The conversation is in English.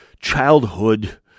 childhood